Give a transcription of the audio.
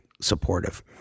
supportive